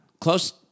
close